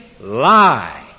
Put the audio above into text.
lie